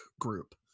group